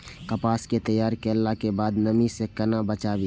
कपास के तैयार कैला कै बाद नमी से केना बचाबी?